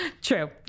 True